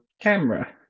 camera